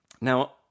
Now